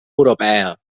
europea